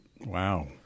wow